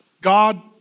God